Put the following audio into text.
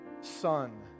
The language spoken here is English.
son